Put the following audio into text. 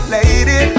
Lady